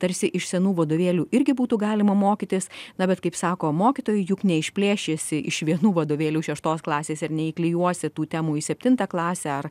tarsi iš senų vadovėlių irgi būtų galima mokytis na bet kaip sako mokytojai juk neišplėšysi iš vienų vadovėlių šeštos klasės ir neįklijuosi tų temų į septintą klasę ar